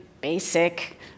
basic